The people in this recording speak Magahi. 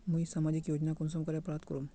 मुई सामाजिक योजना कुंसम करे प्राप्त करूम?